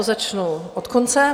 Začnu to od konce.